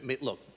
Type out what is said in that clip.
look